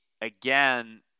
again